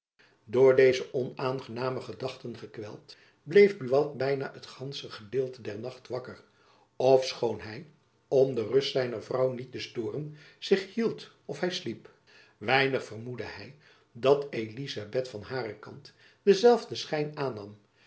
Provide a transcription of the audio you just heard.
door deze onaangename gedachten gekweld bleef buat byna het gandsche gedeelte der nacht wakker ofschoon hy om de rust zijner vrouw niet te stooren zich hield of hy sliep weinig vermoedde hy dat elizabeth van haren kant denzelfden schijn aannam